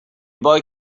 boy